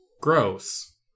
Gross